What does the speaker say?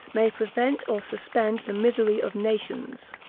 may prevent or suspend the misery of nations.